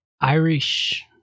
Irish